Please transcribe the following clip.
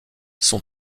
son